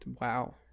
Wow